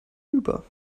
über